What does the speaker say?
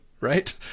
Right